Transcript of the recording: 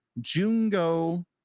Jungo